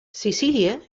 sicilië